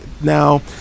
now